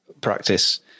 practice